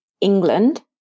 England